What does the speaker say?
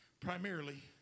Primarily